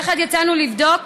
יחד יצאנו לבדוק